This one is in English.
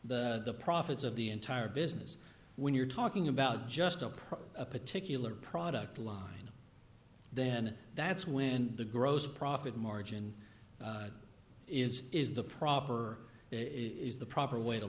the profits of the entire business when you're talking about just approach a particular product line then that's when the gross profit margin is is the proper is the proper way to